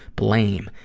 blame,